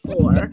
four